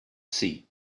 see